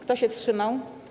Kto się wstrzymał?